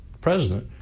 president